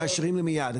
הם מאשרים לי מיד.